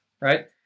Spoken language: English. right